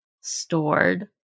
stored